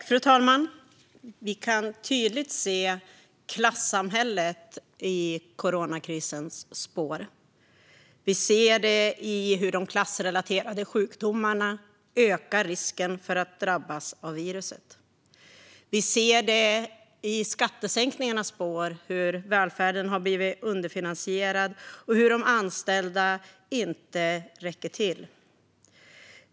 Fru talman! Vi kan tydligt se klassamhället i coronakrisens spår. Vi ser det i hur de klassrelaterade sjukdomarna ökar risken för att drabbas av viruset. Vi ser det i skattesänkningarnas spår i hur välfärden har blivit underfinansierad och hur de anställda inte räcker till.